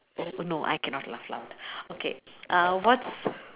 oh no I cannot laugh loud okay uh what's